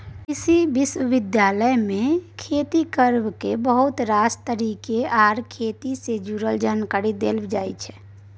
कृषि विश्वविद्यालय मे खेती करबाक बहुत रास तरीका आर खेत सँ जुरल जानकारी देल जाइ छै